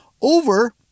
over